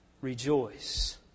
rejoice